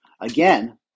again